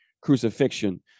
crucifixion